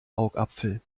augapfel